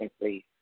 please